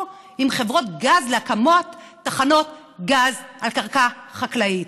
עם חברות גז להקמת תחנות גז על קרקע חקלאית.